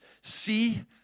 see